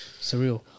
Surreal